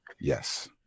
yes